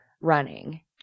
running